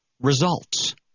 results